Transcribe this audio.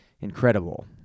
incredible